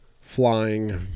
flying